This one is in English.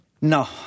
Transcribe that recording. No